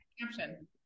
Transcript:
Caption